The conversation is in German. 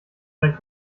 deinen